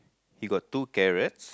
he got two carrots